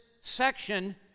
section